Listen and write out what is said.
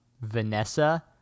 Vanessa